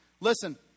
Listen